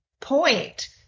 point